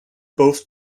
both